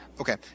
okay